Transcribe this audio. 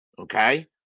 Okay